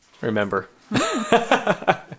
Remember